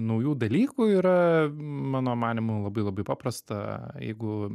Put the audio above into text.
naujų dalykų yra mano manymu labai labai paprasta jeigu